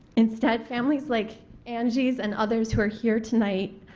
instead families like angie's and others were here tonight,